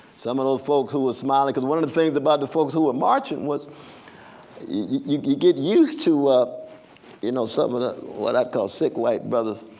some of those folks who were smiling, because one of the things about the folks who were marching was you get used to you know and what i call sick white brothers